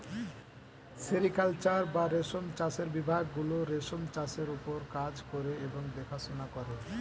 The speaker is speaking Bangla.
সেরিকালচার বা রেশম চাষের বিভাগ গুলো রেশম চাষের ওপর কাজ করে এবং দেখাশোনা করে